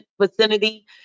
vicinity